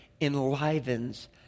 enlivens